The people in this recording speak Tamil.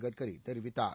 கட்கரி தெரிவித்தார்